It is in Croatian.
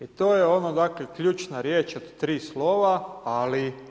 I to je ono dakle ključna riječ od 3 slova „ali“